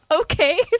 Okay